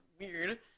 Weird